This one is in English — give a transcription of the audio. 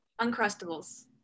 Uncrustables